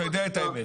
אתה יודע את האמת.